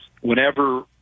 whenever